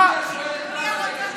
יוליה שואלת: מה אתה מקשקש?